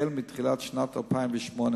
מתחילת שנת 2008,